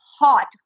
hot